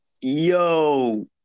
Yo